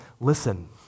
listen